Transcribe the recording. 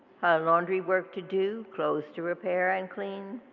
laundry work to do, clothes to repair and clean,